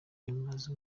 imaze